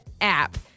app